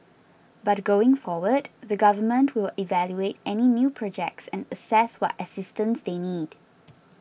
but going forward the Government will evaluate any new projects and assess what assistance they need